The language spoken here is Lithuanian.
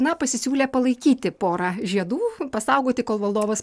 na pasisiūlė palaikyti porą žiedų pasaugoti kol valdovas